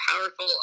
powerful